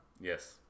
Yes